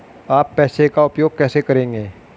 आप पैसे का उपयोग कैसे करेंगे?